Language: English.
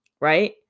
right